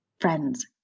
friends